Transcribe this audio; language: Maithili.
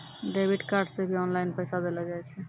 डेबिट कार्ड से भी ऑनलाइन पैसा देलो जाय छै